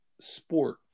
sport